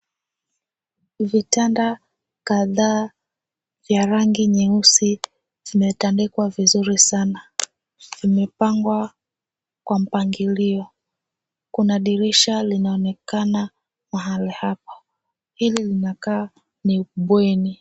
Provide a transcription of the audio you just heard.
Vitanda kadhaa vya rangi nyeusi vimetandikwa vizuri sana. Vimepangwa kwa mpangilio. Kuna dirisha linaloonekana mahali hapa. Hili linakaa ni bweni.